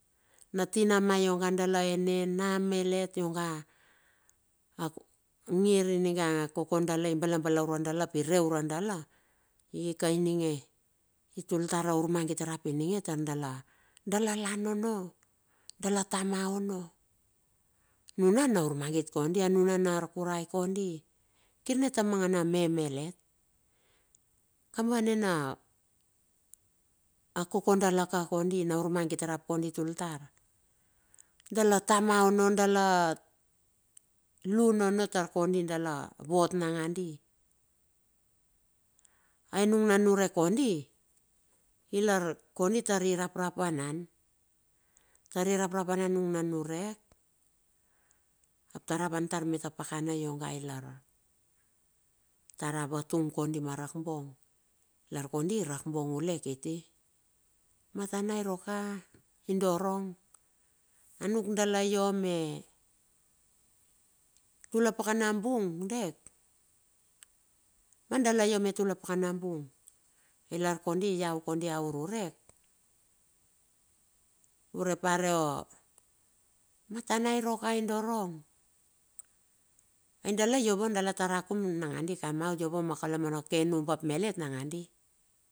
Na tinama ionga dala enen, na melet ionga, angir ininga koke dala i bala balaure dala ap ire ure dala, ika ininge itul tar aurmangit rap ininge tar dala lan ono, dala tama ono. Nuna na urmangit kondi, anuna na arkurai kondi, kir ne tamanga na me melet, kamba nena koke dala ka kondi na urmangit rap kondi tul tar. Dala tama ono dala lun ono tar kondi vot nangandi. Ai nung na nurek kondi, ilar kondi tar irap rap vanan. tar i raprap vanan nung na niurek, ap tar avan tar meta pakana ionga ilar, tara vatung kondi ma rakbong. lar kondi irak bong ule kiti, matana iruo ka i dorong, anuk dala lo me tula pakana bung dek, madala ia me tula pakana bung. Lar kondi iau kondi aururek, urep are o matana irua ka i dorong. Ai dala iova dala tar akum nakandi kama iova ma kalamana ken umbap melet nagandi.